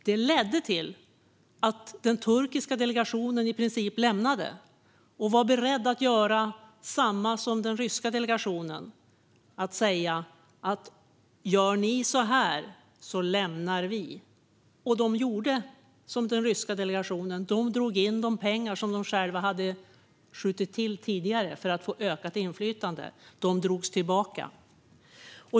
Det ledde till att den turkiska delegationen i princip lämnade förhandlingarna och var beredd att göra som den ryska delegationen och säga att "gör ni så här, då går vi". Och de gjorde som den ryska delegationen. De drog in de pengar som de själva tidigare skjutit till för att få ökat inflytande. De pengarna drogs tillbaka.